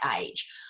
age